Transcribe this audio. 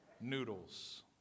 Noodles